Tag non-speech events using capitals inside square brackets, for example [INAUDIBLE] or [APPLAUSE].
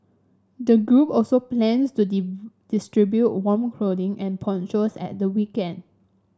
the group also plans to [UNINTELLIGIBLE] distribute warm clothing and ponchos at the weekend